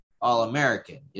All-American